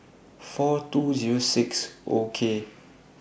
four two Zero six O K